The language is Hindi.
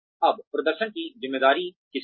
अब प्रदर्शन की ज़िम्मेदारी किसकी है